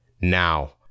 now